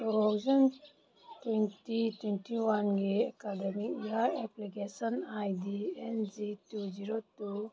two thousand twenty twenty ꯋꯥꯟꯒꯤ academic year application I D N G two zero two